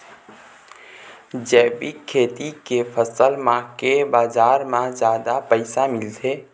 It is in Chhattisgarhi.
जैविक खेती के फसल मन के बाजार म जादा पैसा मिलथे